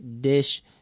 dish